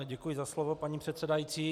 Děkuji za slovo, paní předsedající.